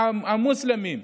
המוסלמים,